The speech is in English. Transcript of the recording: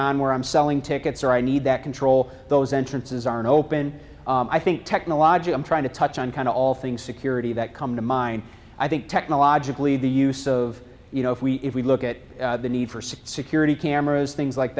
on where i'm selling tickets or i need that control those entrances aren't open i think technologic i'm trying to touch on kind of all things security that come to mind i think technologically the use of you know if we if we look at the need for some security cameras things like